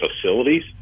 facilities